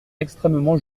extrêmement